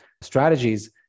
strategies